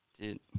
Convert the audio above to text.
Dude